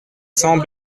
cents